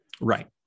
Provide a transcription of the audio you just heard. Right